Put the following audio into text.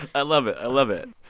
i love it. i love it.